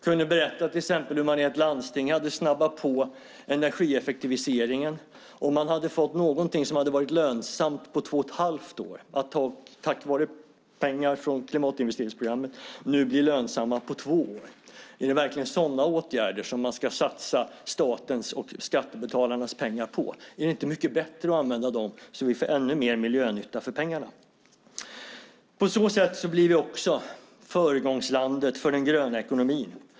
Man kan berätta till exempel hur man i ett landsting hade snabbat på energieffektiviseringen och att man hade fått någonting som hade varit lönsamt på två och ett halvt år att tack vare pengar från klimatinvesteringsprogrammet nu bli lönsamt på två år. Är det verkligen sådana åtgärder som man ska satsa statens och skattebetalarnas pengar på? Är det inte mycket bättre att använda dem så att vi får ännu mer miljönytta för pengarna? På så sätt blir vi också föregångslandet för den gröna ekonomin.